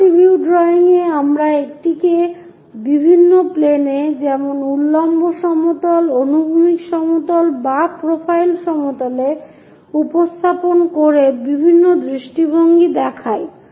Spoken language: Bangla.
মাল্টি ভিউ ড্রয়িং এ আমরা এটিকে বিভিন্ন প্লেনে যেমন উল্লম্ব সমতল অনুভূমিক সমতল বা প্রোফাইল সমতলে উপস্থাপন করে বিভিন্ন দৃষ্টিভঙ্গি দেখাই